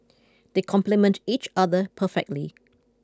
they complement each other perfectly